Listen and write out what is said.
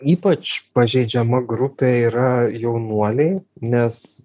ypač pažeidžiama grupė yra jaunuoliai nes